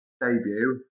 debut